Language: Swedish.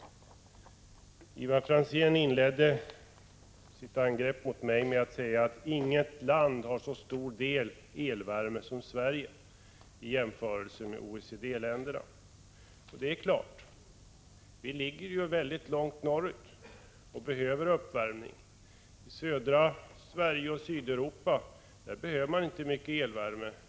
Ivar Franzén inledde sitt angrepp mot mig med att säga att inget av OECD-länderna har så stor del elvärme som Sverige. Det är riktigt. Vårt land ligger mycket långt norrut, och vi behöver mer el för uppvärmning. I Sydeuropa behöver man inte så mycket elvärme.